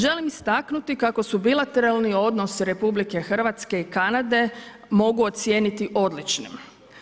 Želim istaknuti kako bilateralni odnos RH i Kanade mogu ocijeniti odličnim.